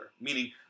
meaning